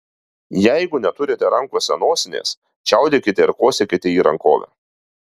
jeigu neturite rankose nosinės čiaudėkite ir kosėkite į rankovę